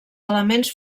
elements